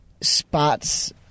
spots